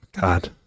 God